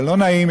זה לא נעים,